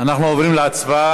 אנחנו עוברים להצבעה